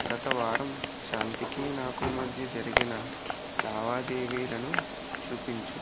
గతవారం శాంతికి నాకు మధ్య జరిగిన లావాదేవీలను చూపించు